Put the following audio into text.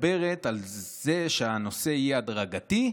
שמדברת על זה שהנושא יהיה הדרגתי,